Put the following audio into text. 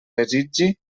desitgi